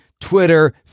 Twitter